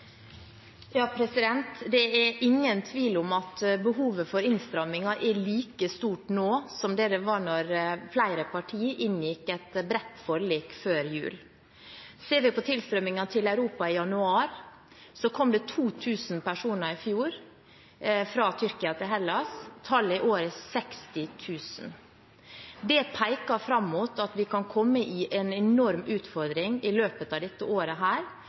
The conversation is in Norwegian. Det er ingen tvil om at behovet for innstramminger er like stort nå som det var da flere partier inngikk et bredt forlik før jul. Ser vi på tilstrømmingen til Europa, kom det i januar i fjor 2 000 personer fra Tyrkia til Hellas – tallet i år er 60 000. Det peker mot at vi kan få en enorm utfordring i løpet av dette året,